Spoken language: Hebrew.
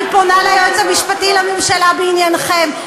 אני פונה ליועץ המשפטי לממשלה בעניינכם.